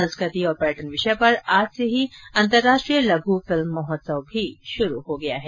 संस्कृति और पर्यटन विषय पर आज से ही अन्तर्राष्टीय लघु फिल्म महोत्सव भी शुरू हो गया है